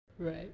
Right